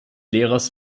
lehrers